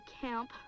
Camp